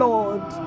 Lord